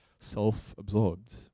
self-absorbed